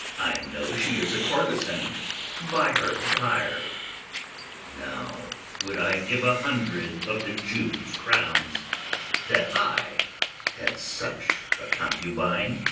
i know she is a courtezan by her attire now would i give a hundred of the jew's crowns that i had such a concubine